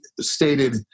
stated